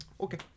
Okay